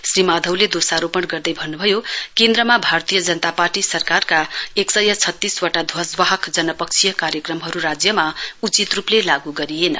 श्री माधवले दोषारोपण गर्दै भन्न् भयो केन्द्रमा भारतीय जनता पार्टी सरकारका एकसय छत्तीसवटा ध्वजवाहक जनपक्षीय कार्यक्रमहरू राज्यमा सम्चित रूपले लाग् गरिएन